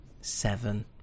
seven